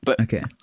Okay